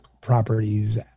properties